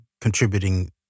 contributing